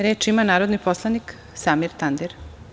Reč ima narodni poslanik Samir Tandir.